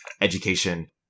education